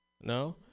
No